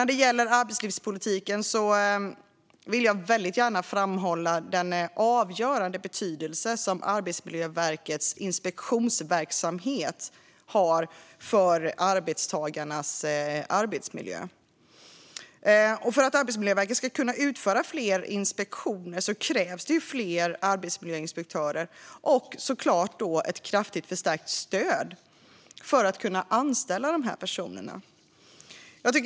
När det gäller arbetslivspolitiken vill jag väldigt gärna framhålla den avgörande betydelse som Arbetsmiljöverkets inspektionsverksamhet har för arbetstagarnas arbetsmiljö. För att Arbetsmiljöverket ska kunna utföra fler inspektioner krävs fler arbetsmiljöinspektörer och såklart ett kraftigt förstärkt stöd för att kunna anställa dessa personer.